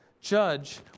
judge